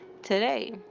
Today